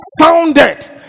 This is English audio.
sounded